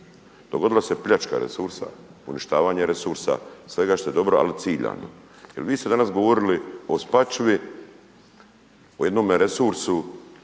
Dogodila se pljačka resursa, uništavanje resursa, svega što je dobro, ali ciljano jel vi ste danas govorili o Spačvi, o jednome resursu